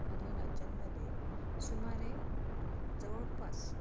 ह्या दोन राज्यांमध्ये सुमारे जवळपास